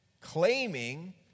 claiming